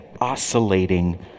oscillating